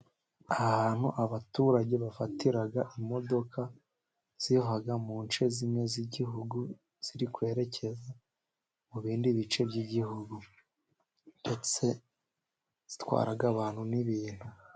Ahantu abaturage bafatira imodoka, ziva mu nce zimwe z'igihugu ziri kwerekeza mu bindi bice, by'igihugu ndetse zitwara abantu n'ibintu.